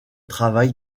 travail